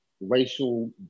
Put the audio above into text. racial